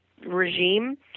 regime